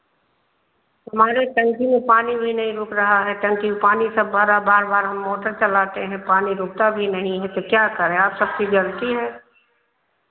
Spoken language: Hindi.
हमारे टंकी में पानी भी नहीं रुक रहा है टंकी में पानी सब भरो बार बार हम मोटर चलाते हैं पानी रुकता भी नही है तो क्या करें आप सबकी गलती है